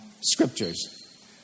scriptures